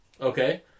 Okay